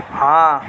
ہاں